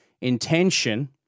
intention